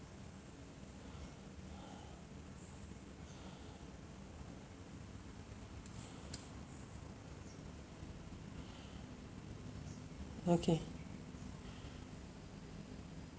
okay